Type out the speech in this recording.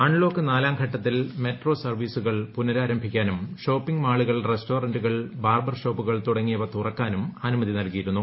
unlock നാലാം ഘട്ടത്തിൽ ക്മുട്ടോ സർവീസുകൾ പുനരാരംഭിക്കാനും ഷോപ്പിങ് മീളുകൾ റെസ്റ്റോറന്റുകൾ ബാർബർ ഷോപ്പുകൾ തുടങ്ങിയവ തുറക്കാനും അനുമതി നൽകിയിരുന്നു